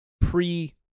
pre